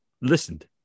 listened